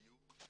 דיור,